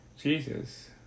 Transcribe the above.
Jesus